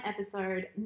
episode